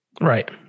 Right